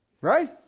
Right